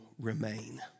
remain